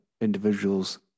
individuals